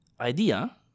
idea